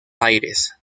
aires